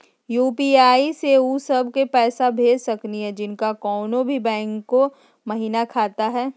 UPI स उ सब क पैसा भेज सकली हई जिनका कोनो भी बैंको महिना खाता हई?